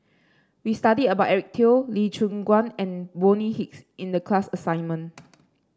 we studied about Eric Teo Lee Choon Guan and Bonny Hicks in the class assignment